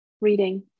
reading